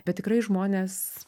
bet tikrai žmones